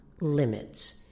limits